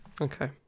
Okay